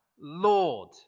Lord